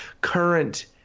current